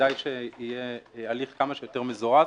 כדאי שיהיה הליך כמה שיותר מזורז